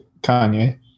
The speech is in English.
Kanye